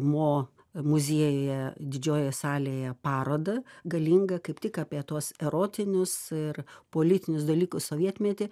mo muziejuje didžiojoj salėje parodą galingą kaip tik apie tuos erotinius ir politinius dalykus sovietmetį